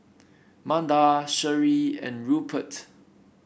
Manda Sheree and Rupert